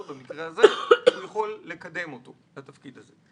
במקרה הזה - הוא יכול לקדם אותו לתפקיד הזה.